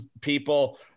people